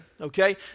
okay